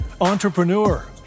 entrepreneur